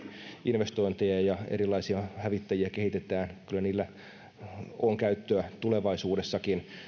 investointeja ja erilaisia hävittäjiä kehitetään kyllä niillä on käyttöä tulevaisuudessakin